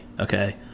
Okay